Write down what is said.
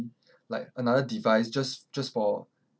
like another device just just for